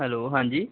hello ਹਾਂਜੀ